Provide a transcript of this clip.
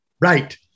Right